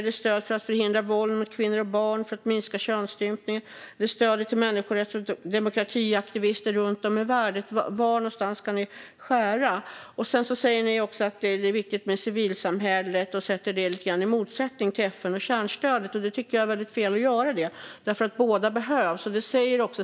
Är det i stödet för att förhindra våld mot kvinnor och barn och för att minska könsstympning? Är det i stödet till människorätts och demokratiaktivister runt om i världen? Var ska ni skära? Ni säger att civilsamhället är viktigt och ställer detta lite grann i motsättning till FN och kärnstödet. Jag tycker att detta är fel att göra, för båda behövs.